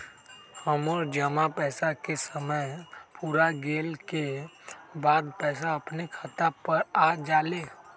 हमर जमा पैसा के समय पुर गेल के बाद पैसा अपने खाता पर आ जाले?